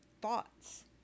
thoughts